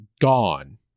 gone